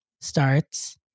starts